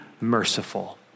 merciful